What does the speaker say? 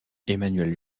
emmanuel